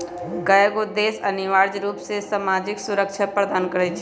कयगो देश अनिवार्ज रूप से सामाजिक सुरक्षा प्रदान करई छै